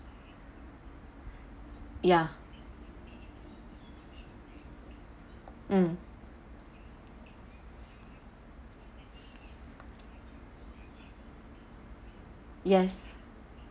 ya mm yes